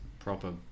proper